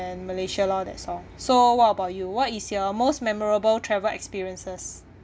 and malaysia lah that's all so what about you what is your most memorable travel experiences